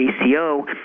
ACO